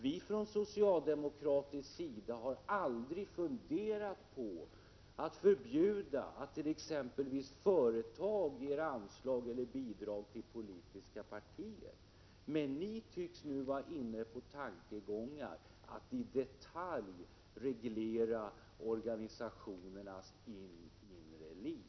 Vi från socialdemokratisk sida har aldrig funderat över att förbjuda t.ex. företag att ge anslag eller bidrag till politiska partier. Men ni tycks vara inne på tankegångar om att i detalj reglera organisationernas inre liv.